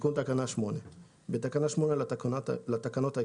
תיקון תקנה 8 10 בתקנה 8 לתקנות העיקריות,